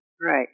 Right